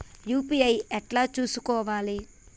UPI ఎట్లా చేసుకోవాలి?